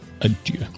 adieu